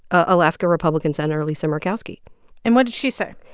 ah alaska republican senator lisa murkowski and what did she say?